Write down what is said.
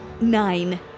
Nine